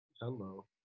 Hello